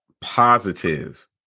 positive